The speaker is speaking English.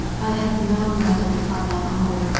i had known where they would find my uncle,